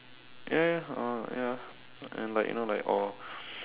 ya ya uh ya and like you know like or